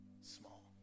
small